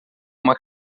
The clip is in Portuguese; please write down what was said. uma